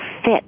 fit